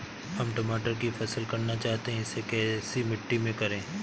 हम टमाटर की फसल करना चाहते हैं इसे कैसी मिट्टी में करें?